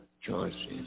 choices